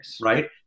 right